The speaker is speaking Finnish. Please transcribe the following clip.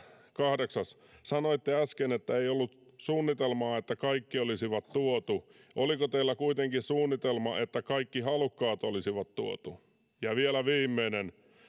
kahdeksas sanoitte äsken että ei ollut suunnitelmaa että kaikki olisi tuotu oliko teillä kuitenkin suunnitelma että kaikki halukkaat olisi tuotu ja vielä viimeinen